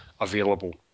available